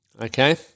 okay